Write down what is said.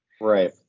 Right